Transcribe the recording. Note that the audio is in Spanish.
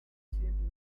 siempre